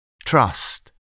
trust